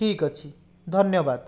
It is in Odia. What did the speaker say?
ଠିକ୍ ଅଛି ଧନ୍ୟବାଦ